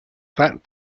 that